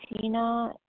Tina